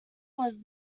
was